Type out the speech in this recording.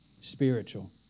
Spiritual